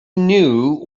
knew